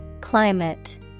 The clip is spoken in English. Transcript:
Climate